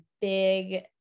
big